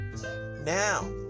Now